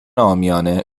عامیانه